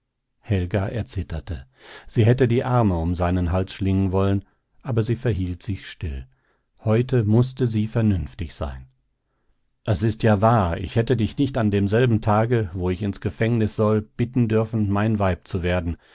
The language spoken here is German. helga erzitterte sie hätte die arme um seinen hals schlingen wollen aber sie verhielt sich still heute mußte sie vernünftig sein es ist ja wahr ich hätte dich nicht an demselben tage wo ich ins gefängnis soll bitten dürfen mein weib zu werden